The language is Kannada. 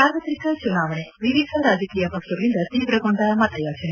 ಸಾರ್ವತ್ರಿಕ ಚುನಾವಣೆ ವಿವಿಧ ರಾಜಕೀಯ ಪಕ್ಷಗಳಿಂದ ತೀವ್ರಗೊಂಡ ಮತಯಾಜನೆ